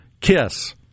Kiss